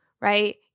right